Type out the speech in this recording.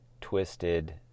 twisted